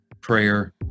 prayer